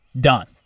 done